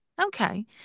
Okay